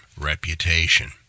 reputation